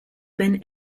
been